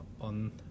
on